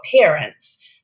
parents